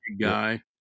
guy